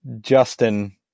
Justin